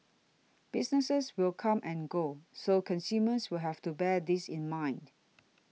businesses will come and go so consumers will have to bear this in mind